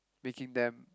making them